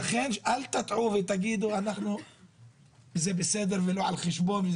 לכן אל תטעו ותגידו שזה בסדר, וזה לא על חשבון.